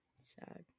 Sad